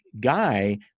guy